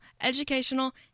educational